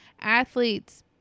athletes